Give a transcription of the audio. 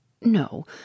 No